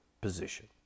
position